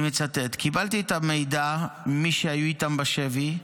אני מצטט: "קיבלתי את המידע ממי שהיו איתם בשבי.